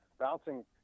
bouncing